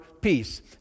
peace